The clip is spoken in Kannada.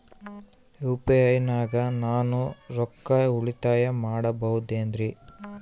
ಯು.ಪಿ.ಐ ನಾಗ ನಾನು ರೊಕ್ಕ ಉಳಿತಾಯ ಮಾಡಬಹುದೇನ್ರಿ?